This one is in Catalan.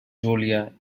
júlia